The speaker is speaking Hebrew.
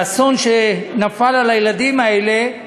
האסון שנפל על הילדים האלה,